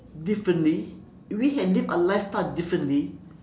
differently if we had lived a lifestyle differently